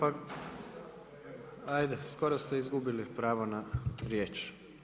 Ajde skoro ste izgubili pravo na riječ.